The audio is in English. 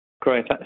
Great